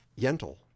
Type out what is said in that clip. Yentl